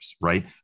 right